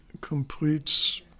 completes